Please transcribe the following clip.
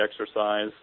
exercise